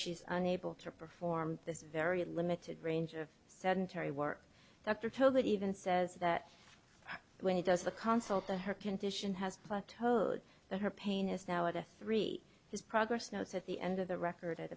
is unable to perform this very limited range of sedentary work that they're told that even says that when it does the console to her condition has plateaued that her pain is now at a three is progress notes at the end of the record at